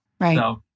Right